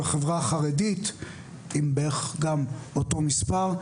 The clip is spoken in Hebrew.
והחברה החרדית עם בערך גם אותו מספר.